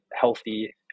healthy